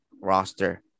roster